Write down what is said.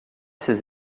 ses